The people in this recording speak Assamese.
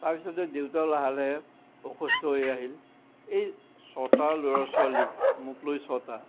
তাৰপিছতে দেউতাও লাহে লাহে অসুস্থ হৈ আহিল এই ছটা ল'ৰা ছোৱালীক মোক লৈ ছটা